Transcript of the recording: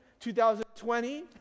2020